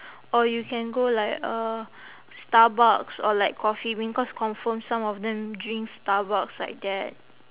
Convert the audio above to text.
or you can go like uh starbucks or like coffee bean cause confirm some of them drink starbucks like that